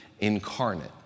incarnate